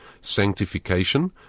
sanctification